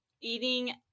eating